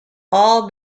all